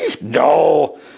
No